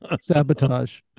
sabotage